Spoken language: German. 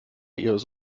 ihres